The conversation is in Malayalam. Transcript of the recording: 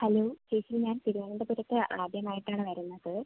ഹലോ ചേച്ചി ഞാൻ തിരുവനന്തപുരത്ത് ആദ്യം ആയിട്ടാണ് വരുന്നത്